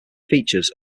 features